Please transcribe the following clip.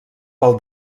pel